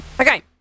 Okay